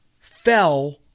fell